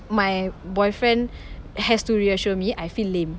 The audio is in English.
my boyfriend has to reassure me I feel lame